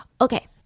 okay